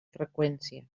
freqüència